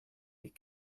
die